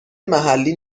محلی